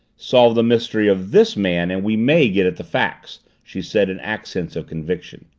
solve the mystery of this man and we may get at the facts, she said in accents of conviction.